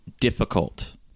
difficult